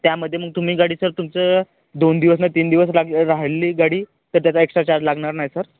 त्यामध्ये मग तुम्ही गाडीचं तुमचं दोन दिवस आणि तीन दिवस राहिली गाडी तर त्याचा एक्स्ट्रा चार्ज लागणार नाही सर